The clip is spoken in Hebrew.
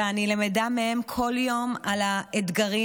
ואני למדה מהם כל יום על האתגרים,